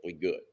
good